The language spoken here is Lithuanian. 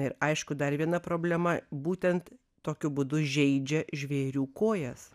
ir aišku dar viena problema būtent tokiu būdu žeidžia žvėrių kojas